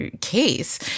case